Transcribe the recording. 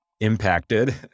impacted